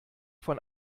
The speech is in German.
von